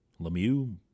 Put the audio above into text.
Lemieux